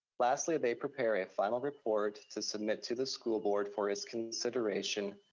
lastly, they prepare a final report to submit to the school board for its consideration,